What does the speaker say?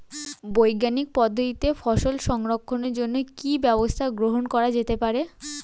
বৈজ্ঞানিক পদ্ধতিতে ফসল সংরক্ষণের জন্য কি ব্যবস্থা গ্রহণ করা যেতে পারে?